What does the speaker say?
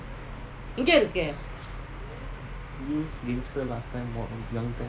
you gangster last time more